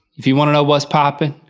if you want to know what's poppin',